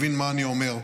מבין מה אני אומר.